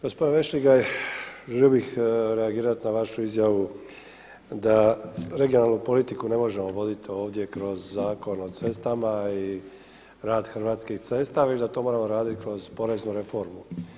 Gospodine Vešligaj želio bih reagirati na vašu izjavu da regionalnu politiku ne možemo voditi ovdje kroz Zakon o cestama i rad Hrvatskih cesta već da to moramo raditi kroz poreznu reformu.